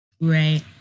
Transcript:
Right